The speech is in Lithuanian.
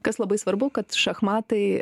kas labai svarbu kad šachmatai